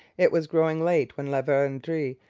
it was growing late when la verendrye,